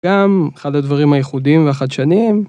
גם אחד הדברים הייחודיים והחדשניים